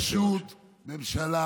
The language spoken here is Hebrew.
זו פשוט ממשלה